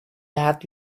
had